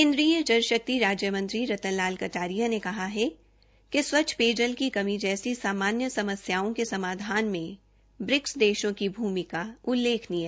केन्द्रीय जल शक्ति राज्य मंत्री रतन लाल कटारिया ने स्वच्छ पेयजल की कमी जैसी सामान्य परिस्थितियों के समाधान में ब्रिकस देषों की भूमिका का उल्लेख किया